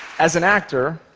as an actor,